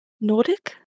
Nordic